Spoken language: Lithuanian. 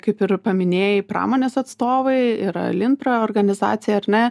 kaip ir paminėjai pramonės atstovai yra linpra organizacija ar ne